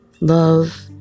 love